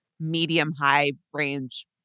medium-high-range